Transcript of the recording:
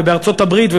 ובארצות-הברית,